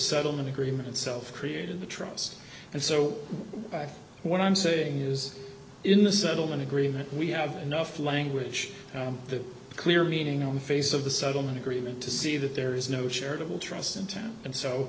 settlement agreement self created the trust and so what i'm saying is in the settlement agreement we have enough language to clear meaning on the face of the settlement agreement to see that there is no shared of interest in town and so